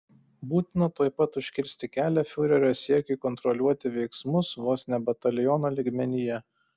būtina tuoj pat užkirsti kelią fiurerio siekiui kontroliuoti veiksmus vos ne bataliono lygmenyje